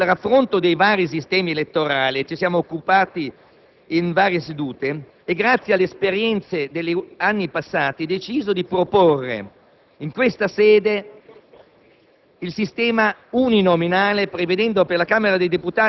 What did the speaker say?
Il Gruppo Per le Autonomie, nel raffronto dei vari sistemi elettorali di cui si è occupato in varie sedute e grazie alle esperienze degli anni passati, ha deciso di proporre in questa sede